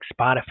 Spotify